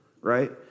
right